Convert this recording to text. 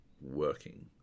working